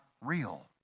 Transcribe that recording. real